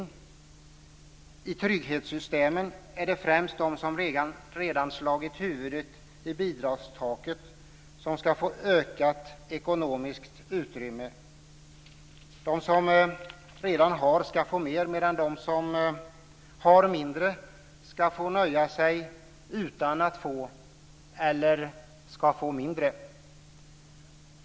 I trygghetssystemen är det främst de som redan slagit huvudet i bidragstaket som ska få ökat ekonomiskt utrymme. De som redan har ska få mer, medan de som har mindre ska få nöja sig utan att få eller ska få mindre.